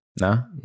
No